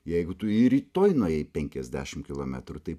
jeigu tu jį rytoj nuėjai penkiasdešim kilometrų tai